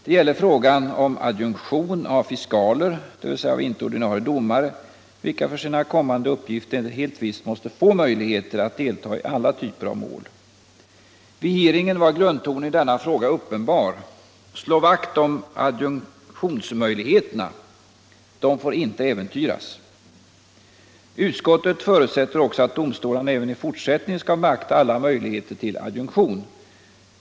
Det gäller frågan om adjunktion av fiskaler, dvs. av inte ordinarie domare, vilka för sina kommande uppgifter helt visst måste få möjligheter att delta i alla typer av mål. Vid hearingen var grundtonen i denna fråga uppenbar: Slå vakt om adjunktionsmöjligheterna! De får inte äventyras! Utskottet förutsätter också att domstolarna även i fortsättningen skall beakta alla möjligheter till adjunktion.